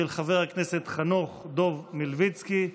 של חבר הכנסת חנוך דב מלביצקי.